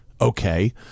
Okay